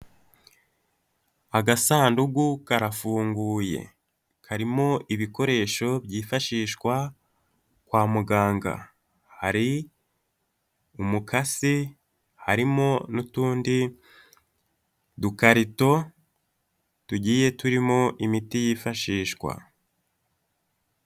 Agasanduku karafunguye karimo ibikoresho byifashishwa kwa muganga hari umukasi harimo n'utundi dukarito tugiye turimo imiti yifashishwa.